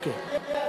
אפשר